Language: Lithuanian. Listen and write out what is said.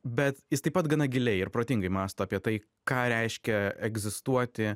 bet jis taip pat gana giliai ir protingai mąsto apie tai ką reiškia egzistuoti